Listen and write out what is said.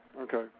Okay